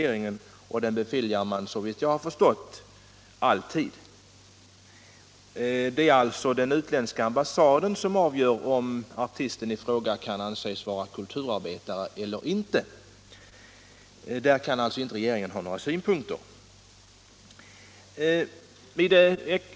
Denna ansökan beviljas såvitt jag har förstått alltid. Det är alltså den utländska ambassaden som avgör om artisten i fråga kan anses vara kulturarbetare eller inte, och på detta kan regeringen inte ha några synpunkter.